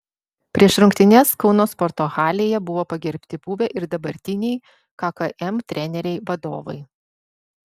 prieš rungtynes kauno sporto halėje buvo pagerbti buvę ir dabartiniai kkm treneriai vadovai